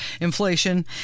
Inflation